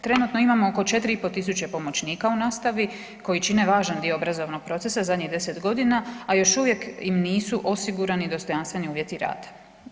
Trenutno imamo oko 4.500 pomoćnika u nastavi koji čine važan dio obrazovnog procesa zadnjih 10 godina, a još uvijek im nisu osigurani dostojanstveni uvjeti rada.